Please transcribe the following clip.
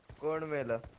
going away, like